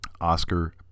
Oscar